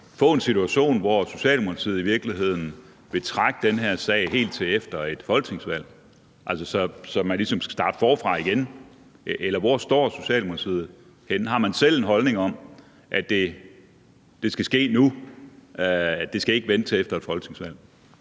få en situation, hvor Socialdemokratiet i virkeligheden vil trække den her sag helt til efter et folketingsvalg, altså så man ligesom skal starte forfra igen. Eller hvor står Socialdemokratiet? Har man selv en holdning om, at det skal ske nu, at det ikke skal vente til efter et folketingsvalg?